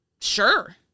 Sure